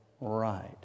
right